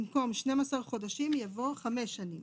במקום "שנים עשר חודשים" יבוא "חמש שנים".